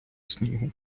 снігу